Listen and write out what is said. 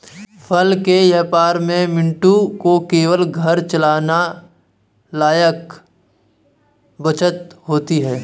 फल के व्यापार में मंटू को केवल घर चलाने लायक बचत होती है